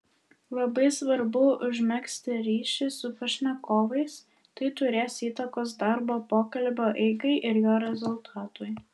labai svarbu užmegzti ryšį su pašnekovais tai turės įtakos darbo pokalbio eigai ir jo rezultatui